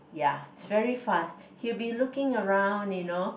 ya he's very fast he'll be looking around you know